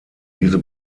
diese